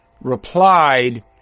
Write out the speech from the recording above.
replied